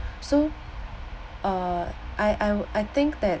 so uh I I will I think that